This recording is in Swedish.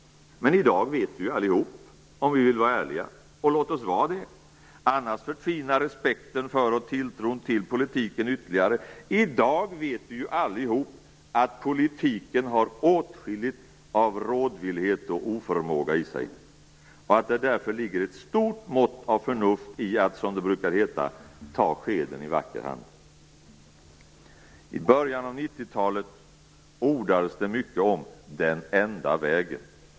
Men i dag vet vi ju allihop om vi vill vara ärliga - och låt oss vara det, annars förtvinar respekten för och tilltron till politiken ytterligare - att politiken har åtskilligt av rådvillhet och oförmåga i sig, och att det därför ligger ett stort mått av förnuft i att, som det brukar heta, ta skeden i vacker hand. I början av 90-talet ordades det mycket om "den enda vägen".